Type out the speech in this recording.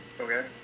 Okay